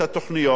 אנחנו לא שם,